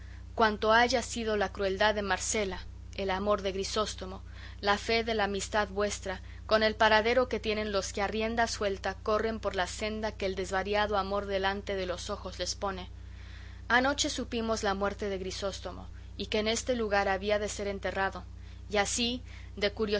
cuánto haya sido la crueldad de marcela el amor de grisóstomo la fe de la amistad vuestra con el paradero que tienen los que a rienda suelta corren por la senda que el desvariado amor delante de los ojos les pone anoche supimos la muerte de grisóstomo y que en este lugar había de ser enterrado y así de